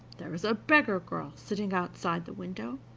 there is a beggar-girl sitting outside the window,